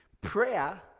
prayer